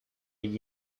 gli